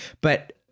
but-